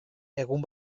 egun